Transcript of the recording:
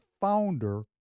founder